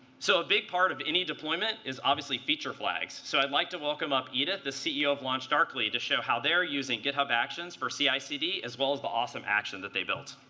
so a big part of any deployment is obviously feature flags. so i'd like to welcome up edith, the ceo of launchdarkly, to show how they're using github actions for ci cd, as well as the awesome action that they built.